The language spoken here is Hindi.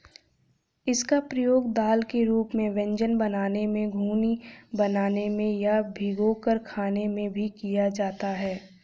इसका प्रयोग दाल के रूप में व्यंजन बनाने में, घुघनी बनाने में या भिगोकर खाने में भी किया जाता है